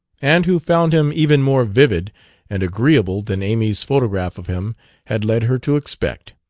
and who found him even more vivid and agreeable than amy's photograph of him had led her to expect.